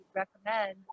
recommend